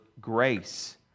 grace